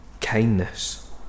kindness